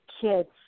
Kids